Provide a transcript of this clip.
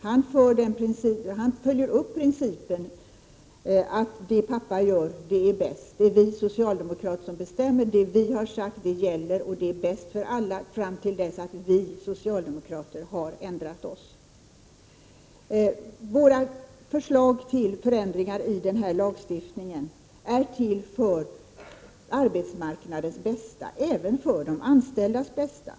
Han följer principen att det pappa gör är bäst: det är vi socialdemokrater som bestämmer, och det vi har sagt är det som gäller och är bäst för alla fram till dess att vi socialdemokrater har ändrat oss. Moderaternas förslag till ändringar i lagstiftningen är till för arbetsmarknadens bästa och även för de anställdas bästa.